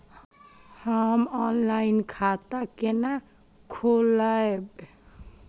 हम ऑनलाइन खाता केना खोलैब?